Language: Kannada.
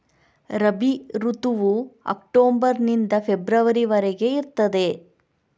ರಬಿ ಋತುವು ಅಕ್ಟೋಬರ್ ನಿಂದ ಫೆಬ್ರವರಿ ವರೆಗೆ ಇರ್ತದೆ